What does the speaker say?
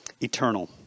eternal